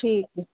ਠੀਕ ਹੈ